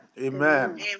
amen